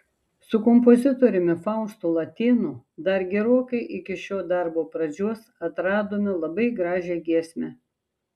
su kompozitoriumi faustu latėnu dar gerokai iki šio darbo pradžios atradome labai gražią giesmę